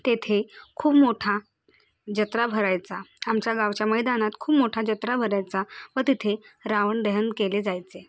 तेथे खूप मोठा जत्रा भरायचा आमच्या गावच्या मैदानात खूप मोठा जत्रा भरायचा व तिथे रावण दहन केले जायचे